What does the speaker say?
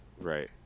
Right